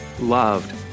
loved